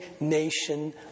nation